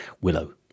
Willow